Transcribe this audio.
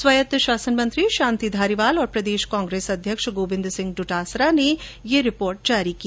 स्वायत शासन मंत्री शांति धारीवाल और प्रदेश कांग्रेस अध्यक्ष गोविन्द सिंह डोटासरा ने ये रिपोर्ट जारी की